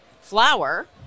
flour